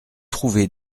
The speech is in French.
trouvé